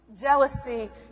Jealousy